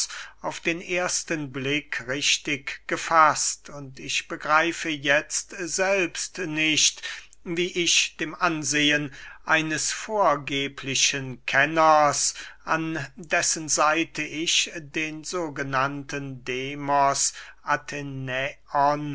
auf den ersten blick richtig gefaßt und ich begreife jetzt selbst nicht wie ich dem ansehen eines vorgeblichen kenners an dessen seite ich den sogenannten demos